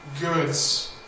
goods